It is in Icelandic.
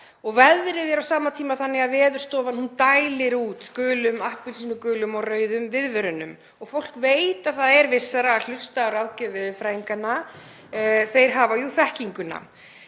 Veðrið er á sama tíma þannig að Veðurstofan dælir út gulum, appelsínugulum og rauðum viðvörunum. Fólk veit að það er vissara að hlusta á ráðgjöf veðurfræðinganna, þeir hafa jú þekkinguna.